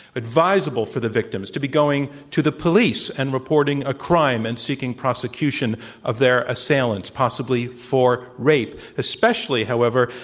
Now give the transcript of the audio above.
advisable for the victims to be going to the police and reporting a crime and seeking prosecution of their assailants, possibly for rape especially, however,